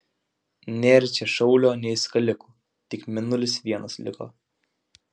nėr čia šaulio nei skalikų tik mėnulis vienas liko